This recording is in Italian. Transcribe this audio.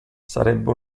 sarebbe